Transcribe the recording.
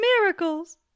miracles